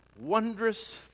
wondrous